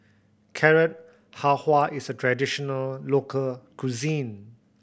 Carrot Halwa is a traditional local cuisine